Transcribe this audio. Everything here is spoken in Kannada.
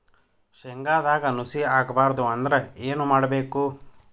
ಶೇಂಗದಾಗ ನುಸಿ ಆಗಬಾರದು ಅಂದ್ರ ಏನು ಮಾಡಬೇಕು?